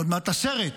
עוד מעט עשרת